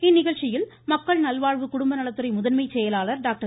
இந்நிகழ்ச்சியில் மக்கள் நல்வாழ்வு குடும்ப நலத்துறை முதன்மை செயலாளர் டாக்டர்